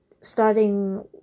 starting